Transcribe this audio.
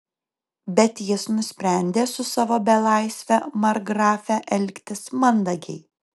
bet jis nusprendė su savo belaisve markgrafe elgtis mandagiai